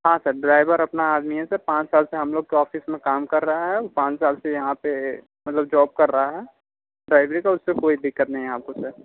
हाँ sir driver अपना आदमी है सर पाँच साल से हम लोग के ऑफिस में काम कर रहा है पाँच साल से यहाँ पर मतलब जॉब कर रहा है ड्राइवरी तो उससे कोई दिक्कत नहीं है आपको सर